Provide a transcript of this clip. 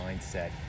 mindset